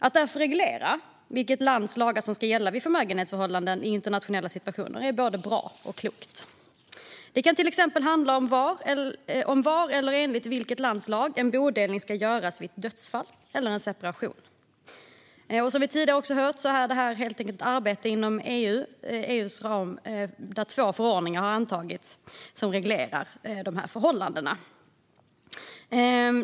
Att därför reglera vilket lands lagar som ska gälla vid förmögenhetsförhållanden i internationella situationer är både bra och klokt. Det kan till exempel handla om var och enligt vilket lands lag en bodelning ska göras vid ett dödsfall eller en separation. Som vi tidigare har hört har EU antagit två förordningar som reglerar dessa förhållanden.